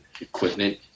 equipment